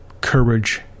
courage